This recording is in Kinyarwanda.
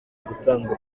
gutangwa